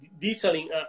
detailing